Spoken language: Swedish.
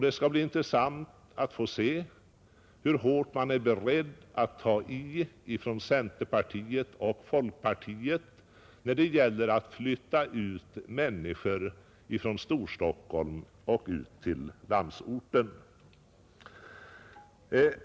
Det skall bli intressant att se hur hårt man är beredd att ta i från centerpartiet och folkpartiet när det gäller att flytta människor från Storstockholm till landsorten.